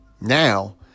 Now